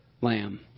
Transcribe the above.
lamb